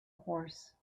horse